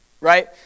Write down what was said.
right